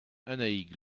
annaïg